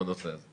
עם הנושא הזה.